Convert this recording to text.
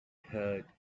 heard